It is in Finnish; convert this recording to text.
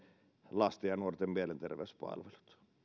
lasten ja nuorten mielenterveyspalvelut